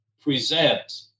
present